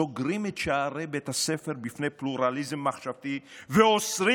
סוגרים את שערי בית הספר בפני פלורליזם מחשבתי ואוסרים